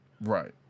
Right